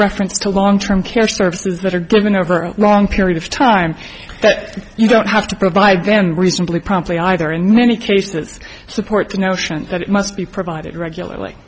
reference to long term care services that are given over a long period of time that you don't have to provide them reasonably promptly either in many cases support the notion that it must be provided regularly